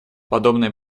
подобное